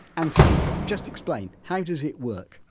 anthony, just explain how does it work?